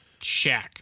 Shaq